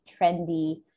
trendy